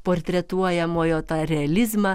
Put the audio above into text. portretuojamojo tą realizmą